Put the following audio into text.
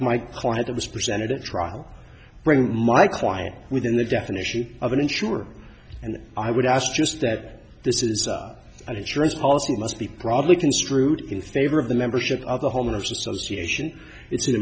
my client that was presented at trial bring my client within the definition of an insurer and i would ask just that this is an insurance policy must be probably construed in favor of the membership of the homeowners association it's an